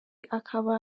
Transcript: akaba